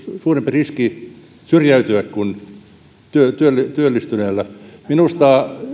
suurempi riski syrjäytyä kuin työllistyneellä minusta